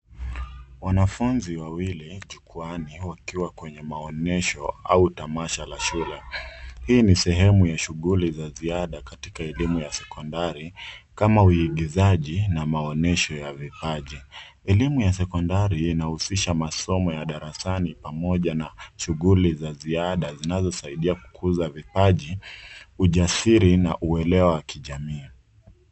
Wanafunzi wawili jukwaani wakiwa kwenye maonesho au tamasha la shule. Hii ni sehemu ya shughuli za ziada katika elimu ya sekondari kama uigizaji na maonesho ya vipaji. Elimu ya sekondari inahusisha masomo ya darasani pamoja na shughuli za ziada zinazosaidia kukuza vipaji, ujasiri, na uelewa wa kijamii.